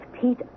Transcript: Pete